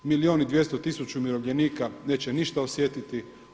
Milijun i 200 tisuća umirovljenika neće ništa osjetiti.